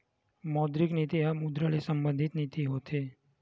मौद्रिक नीति ह मुद्रा ले संबंधित नीति होथे